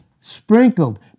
sprinkled